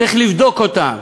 צריך לבדוק אותם.